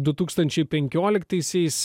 du tūkstančiai penkioliktaisiais